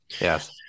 Yes